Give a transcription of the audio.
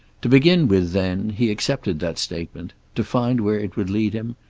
to begin with then he accepted that statement, to find where it would lead him,